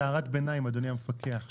רק הערת ביניים אדוני המפקח,